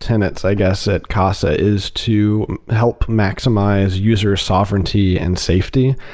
tenants, i guess, at casa is to help maximize user sovereignty and safety.